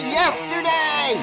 yesterday